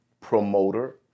promoter